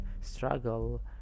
struggle